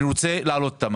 אני רוצה להעלות אותו.